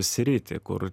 sritį kur